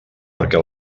perquè